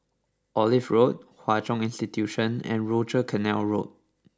Olive Road Hwa Chong Institution and Rochor Canal Road